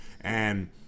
and-